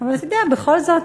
אבל בכל זאת,